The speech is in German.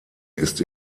ist